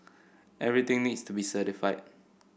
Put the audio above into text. everything needs to be certified